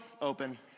open